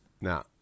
Now